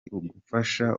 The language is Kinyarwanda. ugushaka